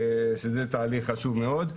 וזה תהליך חשוב מאוד.